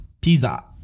Pizza